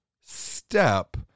step